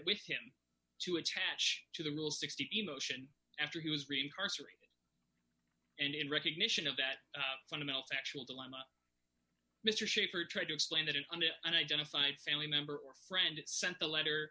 with him to attach to the rule sixty motion after he was reading her story and in recognition of that fundamental factual dilemma mr schaffer tried to explain that under an identified family member or friend sent the letter